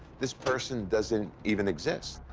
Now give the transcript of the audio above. this person doesn't even exist.